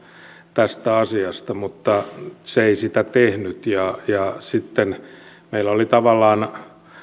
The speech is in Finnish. tästä asiasta mutta se ei sitä tehnyt sitten meillä oli tavallaan